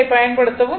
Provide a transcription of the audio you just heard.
ஐ பயன் படுத்தவும்